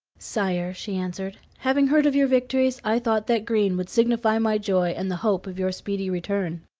sire, she answered, having heard of your victories i thought that green would signify my joy and the hope of your speedy return.